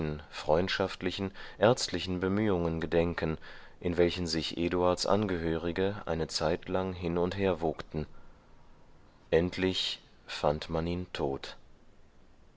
freundschaftlichen ärztlichen bemühungen gedenken in welchen sich eduards angehörige eine zeitlang hin und her wogten endlich fand man ihn tot